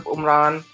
Umran